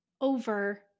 over